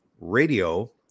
radio